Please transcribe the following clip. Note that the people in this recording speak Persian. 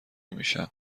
میشم